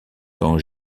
quand